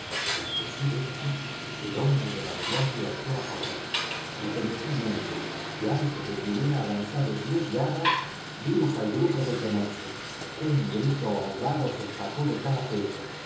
y al decir esto el hombre de vanguardia echó á correr repentinamente y antes de que hubiera avanzado diez yardas vimos al grupo detenerse un grito ahogado se escapó de cada pecho